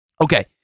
Okay